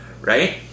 right